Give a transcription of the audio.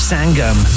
Sangam